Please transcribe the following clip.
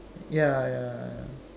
ya ya ya